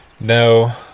No